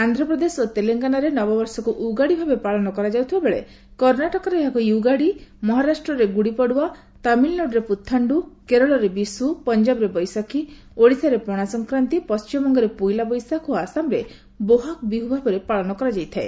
ଆନ୍ଧ୍ରପ୍ରଦେଶ ଓ ତେଲଙ୍ଗାନାରେ ନବବର୍ଷକୁ ଉଗାଡ଼ି ଭାବରେ ପାଳନ କରାଯାଉଥିବା ବେଳେ କର୍ଣ୍ଣାଟକରେ ଏହାକୁ ୟୁଗାଡ଼ି ମହାରାଷ୍ଟ୍ରରେ ଗୁଡ଼ିପଡ଼ୱା ତାମିଲନାଡୁରେ ପୁଥାଣ୍ଡୁ କେରଳରେ ବିଶୁ ପଞ୍ଜାବରେ ବେିଶାଖୀ ଓଡ଼ିଶାରେ ପଣାସଂକ୍ରାନ୍ତୀ ପଶ୍ଚିମବଙ୍ଗରେ ପୋଇଲା ବୈଶାଖ ଓ ଆସାମରେ ବୋହାଗ୍ ବିହୁ ଭାବରେ ପାଳନ କରାଯାଇଥାଏ